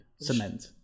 Cement